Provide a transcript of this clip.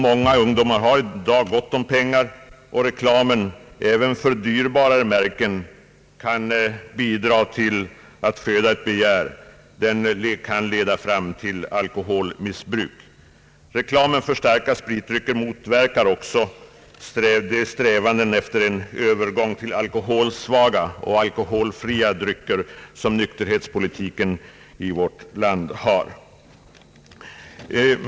Många ungdomar har i dag gott om pengar, och reklamen för dyrbara märken kan bidra till att föda ett begär; den kan leda fram till alkoholmissbruk. Reklamen för starka spritdrycker motverkar också de strävanden att övergå till alkoholsvaga och alkoholfria drycker som nykterhetspolitiken i vårt land har.